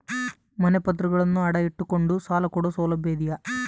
ಮನೆ ಪತ್ರಗಳನ್ನು ಅಡ ಇಟ್ಟು ಕೊಂಡು ಸಾಲ ಕೊಡೋ ಸೌಲಭ್ಯ ಇದಿಯಾ?